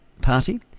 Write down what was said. party